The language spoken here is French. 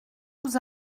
vous